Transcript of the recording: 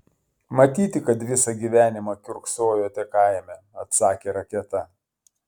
matyti kad visą gyvenimą kiurksojote kaime atsakė raketa